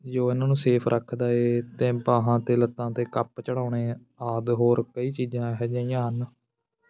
ਜੋ ਇਹਨਾਂ ਨੂੰ ਸੇਫ ਰੱਖਦਾ ਏ ਅਤੇ ਬਾਹਾਂ ਅਤੇ ਲੱਤਾਂ 'ਤੇ ਕੱਪ ਚੜ੍ਹਾਉਣੇ ਆਦਿ ਹੋਰ ਕਈ ਚੀਜ਼ਾਂ ਇਹੋ ਜਿਹੀਆਂ ਹਨ